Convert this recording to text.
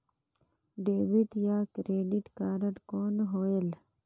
Debit या credit card कौन होएल?